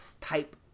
type